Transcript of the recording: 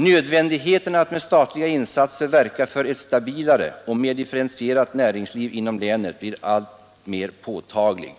Nödvändigheten att med statliga insatser verka för ett stabilare och mer differentierat näringsliv inom länet blir alltmer påtaglig.”